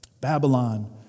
Babylon